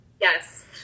Yes